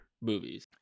movies